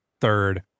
third